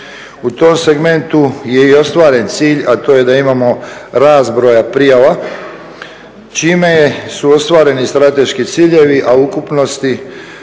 U tom segmentu je i ostvaren cilj, a to je da imamo rast broja prijava čime su ostvareni strateški ciljevi, a u ukupnosti